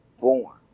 born